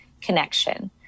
connection